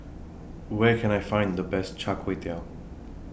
Where Can I Find The Best Char Kway Teow